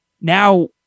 now